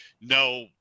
no